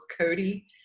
Cody